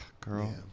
girl